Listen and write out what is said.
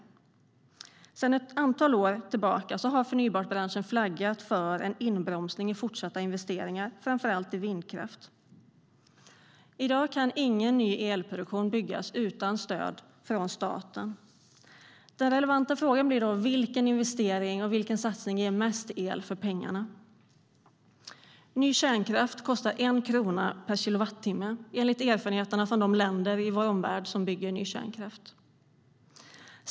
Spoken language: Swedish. Sedan ett antal år tillbaka har förnybartbranschen flaggat för en inbromsning i fortsatta investeringar, framför allt i vindkraft. I dag kan ingen ny elproduktion byggas utan stöd från staten. Den relevanta frågan blir då: Vilken investering och vilken satsning ger mest el för pengarna? Ny kärnkraft kostar 1 krona per kilowattimme, enligt erfarenheterna från de länder i vår omvärld som bygger ny kärnkraft.